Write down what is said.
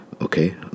okay